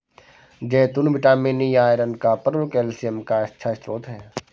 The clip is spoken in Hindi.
जैतून विटामिन ई, आयरन, कॉपर और कैल्शियम का अच्छा स्रोत हैं